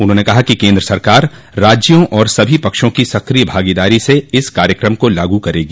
उन्होंने कहा कि केन्द्र सरकार राज्यों और सभी पक्षों की सक्रिय भागीदारी से इस कार्यक्रम को लागू करेगी